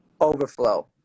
overflow